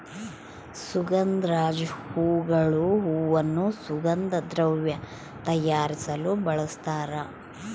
ಸುಗಂಧರಾಜ ಹೂಗಳು ಹೂವನ್ನು ಸುಗಂಧ ದ್ರವ್ಯ ತಯಾರಿಸಲು ಬಳಸ್ತಾರ